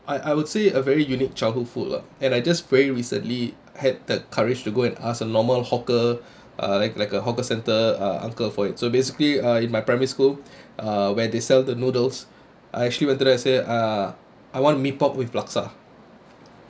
I I would say a very unique childhood food lah and I just very recently had that courage to go and ask the normal hawker uh like like a hawker centre uh uncle for it so basically uh in my primary school uh where they sell the noodles I actually went to there say uh I want mee pok with laksa